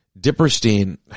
Dipperstein